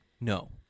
No